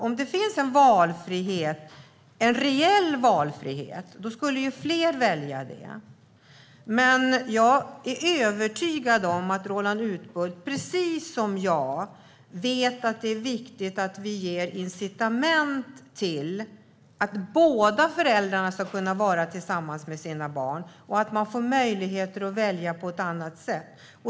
Om det fanns en reell valfrihet skulle fler välja vårdnadsbidraget. Jag är övertygad om att Roland Utbult, precis som jag, vet att det är viktigt att vi ger incitament till att båda föräldrarna ska kunna vara tillsammans med sina barn och att de får möjlighet att välja på ett annat sätt.